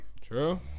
True